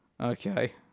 Okay